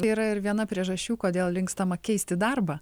tai yra ir viena priežasčių kodėl linkstama keisti darbą